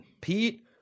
Pete